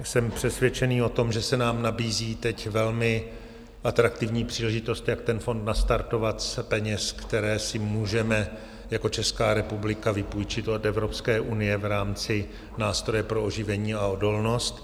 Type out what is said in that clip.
Jsem přesvědčený o tom, že se nám nabízí teď velmi atraktivní příležitost, jak ten fond nastartovat z peněz, které si můžeme jako Česká republika vypůjčit od Evropské unie v rámci Nástroje pro oživení a odolnost.